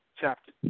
chapter